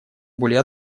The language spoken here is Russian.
более